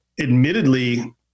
admittedly